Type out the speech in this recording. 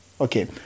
Okay